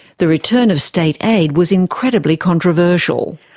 the return of state aid was incredibly controversial.